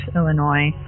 Illinois